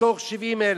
מתוך 70,000,